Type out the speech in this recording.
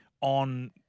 on